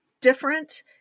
different